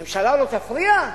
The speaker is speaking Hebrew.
הממשלה לא תפריע?